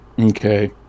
Okay